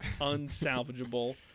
unsalvageable